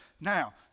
Now